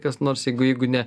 kas nors jeigu jeigu ne